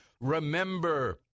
Remember